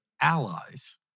allies